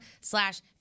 slash